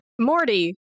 Morty